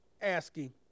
asking